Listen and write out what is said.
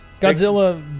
Godzilla